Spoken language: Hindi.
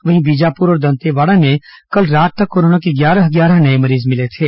वहीं बीजापुर और दंतेवाड़ा में कल रात कोरोना के ग्यारह ग्यारह नये मरीज मिले थे